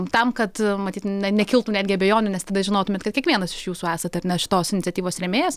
tam kad matyt nekiltų netgi abejonių nes tada žinotumėte kad kiekvienas iš jūsų esate ar ne šitos iniciatyvos rėmėjas